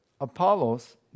apollos